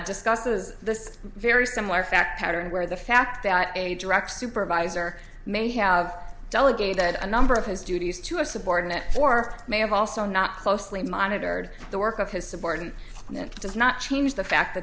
discusses this very similar fact pattern where the fact that a direct supervisor may have delegated a number of his duties to a subordinate or may have also not closely monitored the work of his subordinates and that does not change the fact that